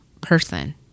person